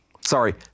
Sorry